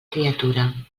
criatura